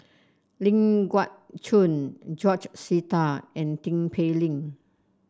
Ling Geok Choon George Sita and Tin Pei Ling